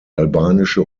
albanische